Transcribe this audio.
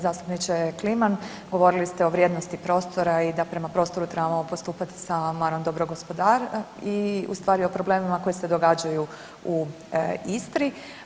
Zastupniče Kliman govorili ste o vrijednosti prostora i da prema prostoru trebamo postupati sa manom dobrog gospodara i u stvari o problemima koji se događaju u Istri.